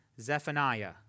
Zephaniah